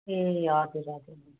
ए हजुर हजुर